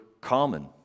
common